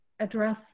address